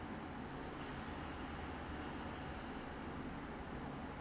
!wah! 这样多你哪里你要你要你要用 leh 你不要用它会 expire leh